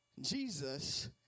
Jesus